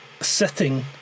sitting